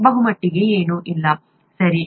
ಬಹುಮಟ್ಟಿಗೆ ಏನೂ ಇಲ್ಲ ಸರಿ